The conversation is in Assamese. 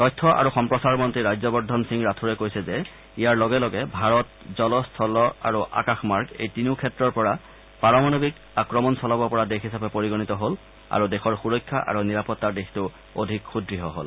তথ্য আৰু সম্প্ৰচাৰ মন্ত্ৰী ৰাজ্যবৰ্ধন সিং ৰাথোৰে কৈছে যে ইয়াৰ লগে লগে ভাৰত জল স্থল আৰু আকাশমাৰ্গ এই তিনিও ক্ষেত্ৰৰ পৰা পাৰমাণৱিক আক্ৰমণ চলাব পৰা দেশ হিচাপে পৰিগণিত হ'ল আৰু দেশৰ সৰক্ষা আৰু নিৰাপত্তাৰ দিশটো অধিক সুদ্ঢ় হ'ল